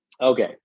Okay